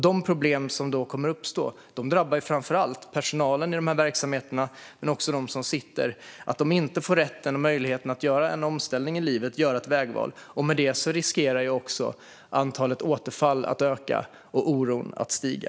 De problem som då uppstår drabbar framför allt personalen i verksamheterna och de intagna. De får inte rätten och möjligheten att göra en omställning i livet och göra ett vägval. Med det riskerar antalet återfall att öka och oron att stiga.